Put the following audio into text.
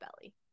Belly